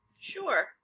Sure